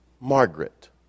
Margaret